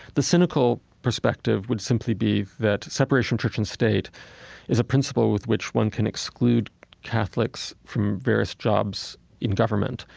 the cynical perspective would simply be that separation of church and state is a principle with which one can exclude catholics from various jobs in government,